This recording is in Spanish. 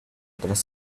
otras